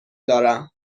دارم